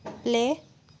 play